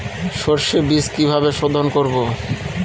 সর্ষে বিজ কিভাবে সোধোন করব?